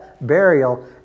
burial